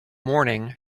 morning